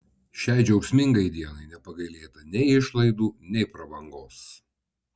šiai džiaugsmingai dienai nepagailėta nei išlaidų nei prabangos